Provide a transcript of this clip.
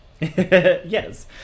Yes